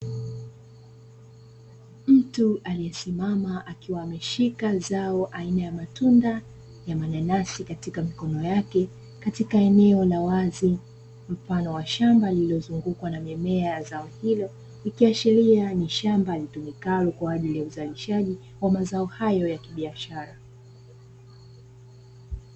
Mtu aliyesimama akiwa ameshika zao aina ya matunda ya mananasi katika mikono yake, katika eneo la wazi mfano wa shamba lililozungukwa na mimea ya zao hilo, ikiashiria ni shamba litumikalo kwa ajili ya uzalishaji wa mazao hayo ya kibiashara.